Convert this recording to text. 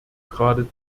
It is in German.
gerade